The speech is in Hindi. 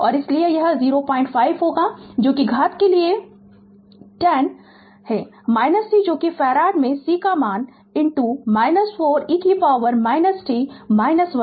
और इसलिए यह 05 होगा जो कि घात के लिए 10 है - C जो कि फैराड में C का मान 4 e t 1